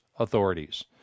Authorities